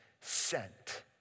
sent